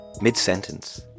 mid-sentence